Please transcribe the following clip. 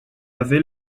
avait